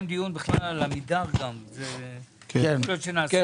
זה תלוי בכביש שנקרא 561. לצערי,